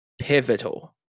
pivotal